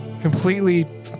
completely